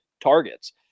targets